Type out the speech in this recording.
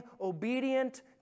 obedient